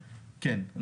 כן.